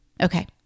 Okay